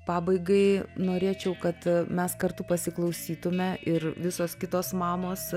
pabaigai norėčiau kad mes kartu pasiklausytume ir visos kitos mamos